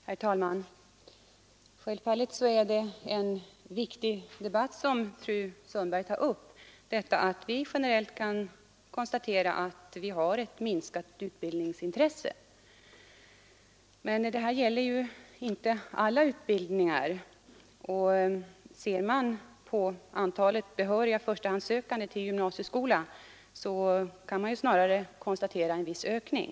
Herr talman! Självfallet är det en viktig fråga som fru Sundberg tar upp — detta att vi generellt kan konstatera att vi har ett minskat utbildningsintresse. Men detta gäller inte alla utbildningar. Ser man på antalet behöriga förstahandssökande till gymnasieskolan, kan man snarare konstatera en viss ökning.